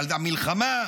על המלחמה,